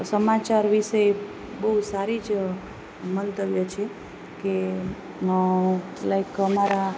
સમાચાર વિશે બહુ સારી જ મંતવ્ય છે કે લાઇક અમારા